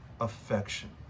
affection